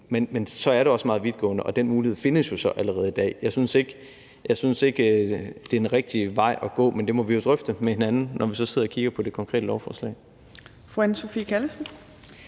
men så er det også meget vidtgående, og den mulighed findes jo så allerede i dag. Jeg synes ikke, det er den rigtige vej at gå, men det må vi jo drøfte med hinanden, når vi så sidder og kigger på det konkrete lovforslag. Kl.